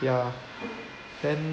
ya then